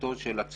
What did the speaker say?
להרחבתו של הצוות